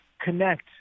connect